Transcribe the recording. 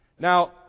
Now